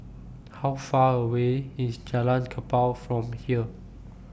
How Far away IS Jalan Kapal from here